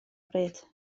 bryd